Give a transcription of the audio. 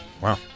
Wow